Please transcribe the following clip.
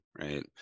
Right